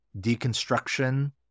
deconstruction